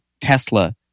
Tesla